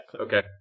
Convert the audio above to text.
Okay